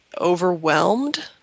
overwhelmed